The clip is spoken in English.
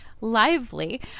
lively